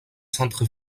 centre